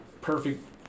perfect